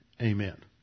Amen